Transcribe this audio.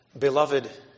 Beloved